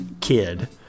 kid